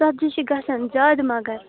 ژَتجی چھِ گژھان زیادٕ مگر